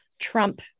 Trump